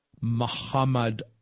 Muhammad